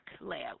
layout